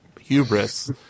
hubris